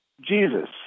Jesus